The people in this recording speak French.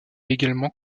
également